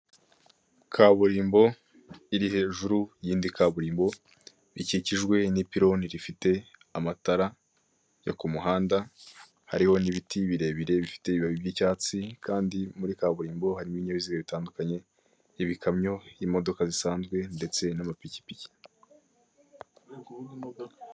kaburimbo iri hejuru yindi kaburimbo ikikijwe n'ipironi rifite amatara yo kumuhanda hariho n'ibiti birebire bifite ibibabi by'icyatsi kandi muri kaburimbo harimo ibinyabiziga bitandukanye ibikamyo imodoka zisanzwe ndetse n'amapikipiki